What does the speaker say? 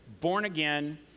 born-again